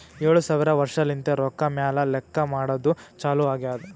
ಏಳು ಸಾವಿರ ವರ್ಷಲಿಂತೆ ರೊಕ್ಕಾ ಮ್ಯಾಲ ಲೆಕ್ಕಾ ಮಾಡದ್ದು ಚಾಲು ಆಗ್ಯಾದ್